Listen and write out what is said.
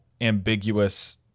ambiguous